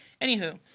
Anywho